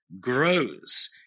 grows